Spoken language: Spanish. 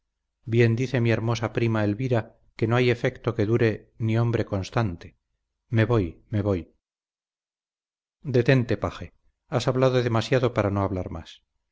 bien dice mi hermosa prima elvira que no hay afecto que dure ni hombre constante me voy me voy detente paje has hablado demasiado para no hablar más